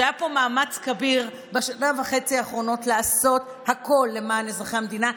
שהיה פה מאמץ כביר בשנה וחצי האחרונות לעשות הכול למען אזרחי המדינה,